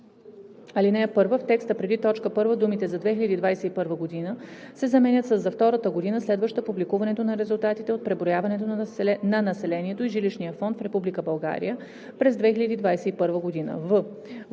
ал. 1 в текста преди т. 1 думите „за 2022 г.“ се заменят със „за втората година, следваща публикуването на резултатите от преброяването на населението и жилищния фонд в Република България през 2021 г.,“;